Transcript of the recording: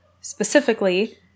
specifically